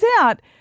out